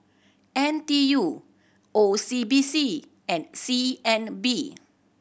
N T U O C B C and C N B